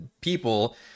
people